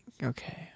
Okay